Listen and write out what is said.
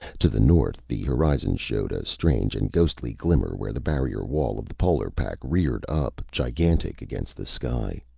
to the north, the horizon showed a strange and ghostly glimmer where the barrier wall of the polar pack reared up, gigantic against the sky.